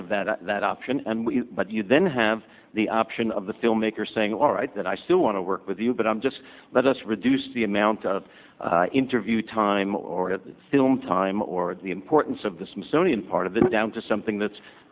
of that that option and we but you then have the option of the filmmaker saying all right that i still want to work with you but i'm just let us reduce the amount of interview time or the film time or the importance of the smithsonian part of the down to something that's